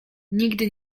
nigdy